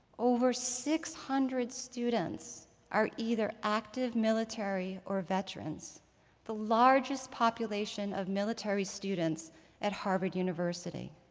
over six hundred students are either active military or veterans the largest population of military students at harvard university.